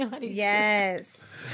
yes